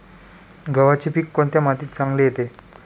गव्हाचे पीक कोणत्या मातीत चांगले येते?